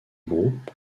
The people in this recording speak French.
groupe